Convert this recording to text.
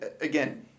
again